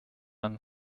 and